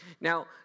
Now